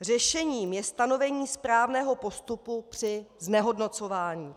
Řešením je stanovení správného postupu při znehodnocování.